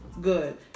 Good